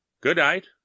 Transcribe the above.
good-night